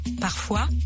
parfois